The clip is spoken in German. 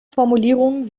formulierungen